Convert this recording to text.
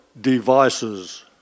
devices